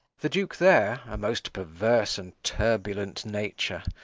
the duke there? a most perverse and turbulent nature.